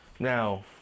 Now